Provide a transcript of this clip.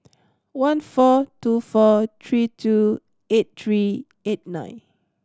one four two four three two eight three eight nine